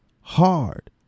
hard